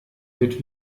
wird